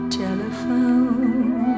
telephone